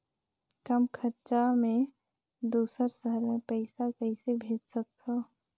कम खरचा मे दुसर शहर मे पईसा कइसे भेज सकथव?